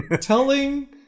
Telling